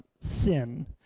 sin